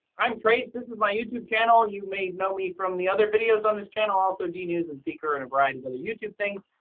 i'm trace this is my youtube channel. you may know me from the other videos on this channel, also d news and seeker and a variety of other youtube things.